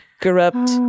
Corrupt